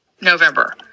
November